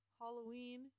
Halloween